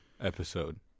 episode